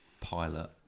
pilot